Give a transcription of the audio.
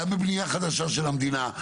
גם בבנייה חדשה של המדינה.